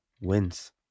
wins